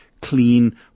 clean